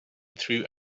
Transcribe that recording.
through